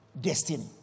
destiny